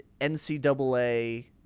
NCAA